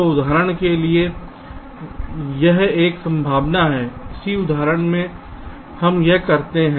तो उदाहरण के लिए यह एक संभावना है इसी उदाहरण में हम यह करते हैं